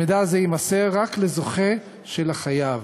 המידע הזה יימסר רק לזוכה של החייב,